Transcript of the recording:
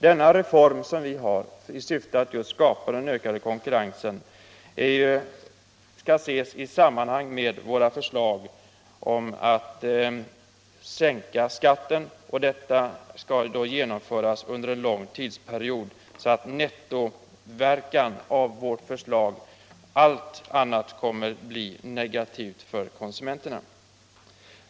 Denna reform, som vi föreslår i syfte att just skapa ökad konkurrens, skall ses i samband med våra förslag om att sänka skatten, och detta skall genomföras under en lång tidsperiod, så att nettoverkan av vårt förslag kommer att bli allt annat än negativ för konsumenterna.